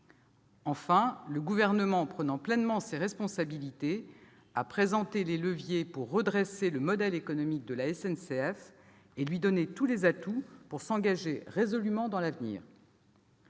Enfin, le Gouvernement, prenant pleinement ses responsabilités, a présenté les leviers nécessaires pour redresser le modèle économique de la SNCF et lui donner tous les atouts pour s'engager résolument dans l'avenir.